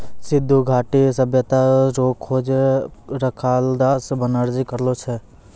सिन्धु घाटी सभ्यता रो खोज रखालदास बनरजी करलो छै